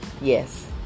Yes